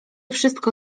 wszystko